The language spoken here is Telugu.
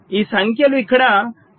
ఈ సంఖ్యలు ఇక్కడ 0